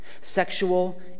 Sexual